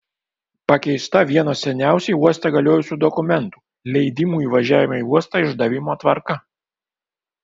pakeista vieno seniausiai uoste galiojusių dokumentų leidimų įvažiavimo į uostą išdavimo tvarka